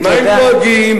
ממה הם דואגים,